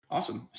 Awesome